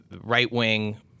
right-wing